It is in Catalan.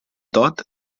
tot